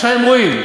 עכשיו, הם רואים.